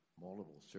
multiple